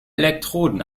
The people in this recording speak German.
elektroden